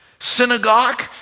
synagogue